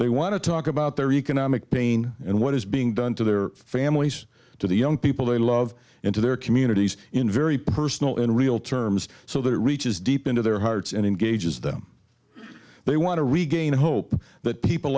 they want to talk about their economic pain and what is being done to their families to the young people they love into their communities in very personal in real terms so that it reaches deep into their hearts and engages them they want to regain hope that people